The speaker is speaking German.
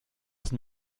sind